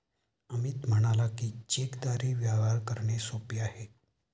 अमित म्हणाला की, चेकद्वारे व्यवहार करणे सोपे आहे